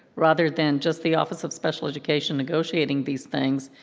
rather than just the office of special education negotiating these things,